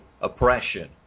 oppression